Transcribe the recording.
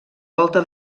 volta